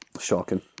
Shocking